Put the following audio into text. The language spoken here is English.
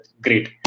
great